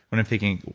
when i'm thinking.